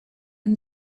and